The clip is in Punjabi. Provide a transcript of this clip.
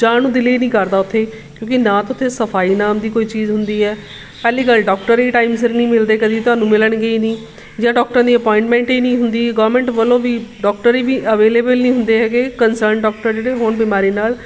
ਜਾਣ ਨੂੰ ਦਿਲ ਹੀ ਨਹੀਂ ਕਰਦਾ ਉੱਥੇ ਕਿਉਂਕਿ ਨਾ ਤਾਂ ਉੱਥੇ ਸਫਾਈ ਨਾਮ ਦੀ ਕੋਈ ਚੀਜ਼ ਹੁੰਦੀ ਹੈ ਪਹਿਲੀ ਗੱਲ ਡੋਕਟਰ ਹੀ ਟਾਈਮ ਸਿਰ ਨਹੀਂ ਮਿਲਦੇ ਕਦੇ ਤੁਹਾਨੂੰ ਮਿਲਣਗੇ ਹੀ ਨਹੀਂ ਜਾਂ ਡੋਕਟਰਾਂ ਦੀ ਅਪੋਇੰਟਮੈਂਟ ਹੀ ਨਹੀਂ ਹੁੰਦੀ ਗੌਰਮਿੰਟ ਵੱਲੋਂ ਵੀ ਡੋਕਟਰ ਹੀ ਵੀ ਅਵੇਲੇਵਲ ਨਹੀਂ ਹੁੰਦੇ ਹੈਗੇ ਕਨਸਰਨ ਡੋਕਟਰ ਜਿਹੜੇ ਹੋਣ ਬਿਮਾਰੀ ਨਾਲ਼